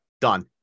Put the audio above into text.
Done